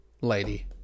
lady